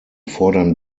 fordern